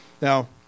Now